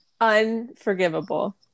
unforgivable